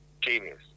genius